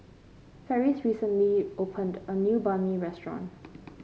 Ferris recently opened a new Banh Mi restaurant